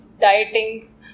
dieting